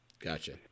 gotcha